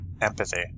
empathy